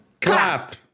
Clap